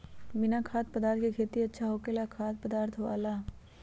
बिना खाद्य पदार्थ के खेती अच्छा होखेला या खाद्य पदार्थ वाला?